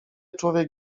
człowiek